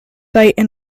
slight